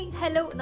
hello